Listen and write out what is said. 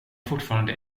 fortfarande